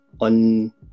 on